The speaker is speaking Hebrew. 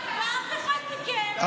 ואף אחד מכם,